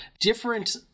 different